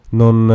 non